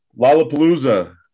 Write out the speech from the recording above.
Lollapalooza